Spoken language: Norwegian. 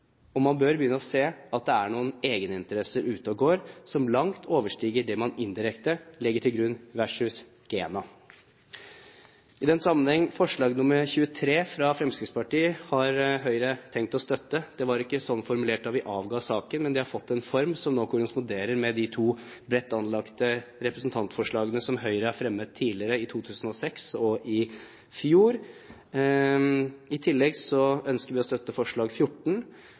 og man bør begynne å se at det er noen egeninteresser ute og går som langt overstiger det man indirekte legger til grunn versus GENA. I den sammenheng: Forslag nr. 23, fra Fremskrittspartiet, har Høyre tenkt å støtte. Det var ikke slik formulert da vi avga saken, men det har fått en form som nå korresponderer med de to bredt anlagte representantforslagene som Høyre har fremmet tidligere, i 2006 og i fjor. I tillegg ønsker vi å støtte forslag nr. 14.